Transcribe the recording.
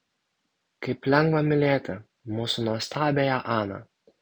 kaip lengva mylėti mūsų nuostabiąją aną